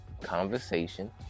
conversation